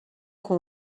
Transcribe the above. com